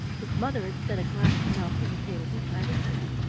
his mother had set a glass of milk on the table beside his bed,